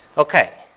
okay.